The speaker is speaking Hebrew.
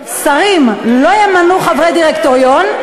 כי הם לא נותנים לי לדבר.